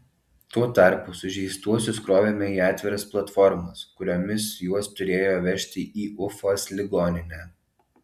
tuo tarpu sužeistuosius krovėme į atviras platformas kuriomis juos turėjo vežti į ufos ligoninę